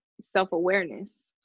self-awareness